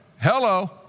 Hello